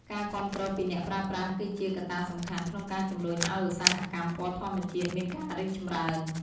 ការគាំទ្រពីអ្នកប្រើប្រាស់គឺជាកត្តាសំខាន់ក្នុងការជំរុញឱ្យឧស្សាហកម្មពណ៌ធម្មជាតិមានការរីកចម្រើន។